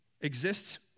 exists